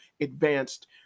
advanced